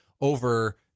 over